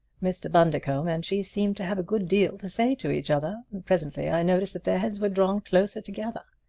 mr. bundercombe and she seemed to have a good deal to say to each other and presently i noticed that their heads were drawing closer together.